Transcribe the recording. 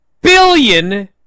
billion